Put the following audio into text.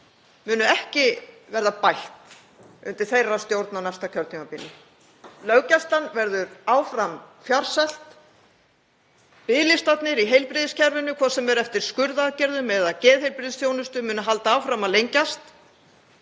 munu ekki verða bætt á næsta kjörtímabili. Löggæslan verður áfram fjársvelt. Biðlistar í heilbrigðiskerfinu, hvort sem er eftir skurðaðgerðum eða geðheilbrigðisþjónustu, munu halda áfram að lengjast.